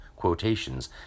quotations